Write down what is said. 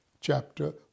chapter